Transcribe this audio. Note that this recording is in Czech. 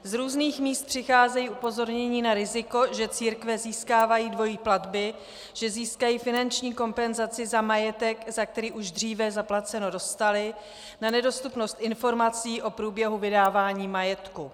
Z různých míst přicházejí upozornění na riziko, že církve získávají dvojí platby, že získají finanční kompenzaci za majetek, za který už dříve zaplaceno dostaly, na nedostupnost informací o průběhu vydávání majetku.